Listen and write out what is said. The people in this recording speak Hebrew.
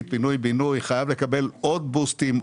פינוי-בינוי חייב לקבל עוד בוסטים,